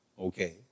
Okay